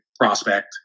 prospect